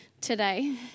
today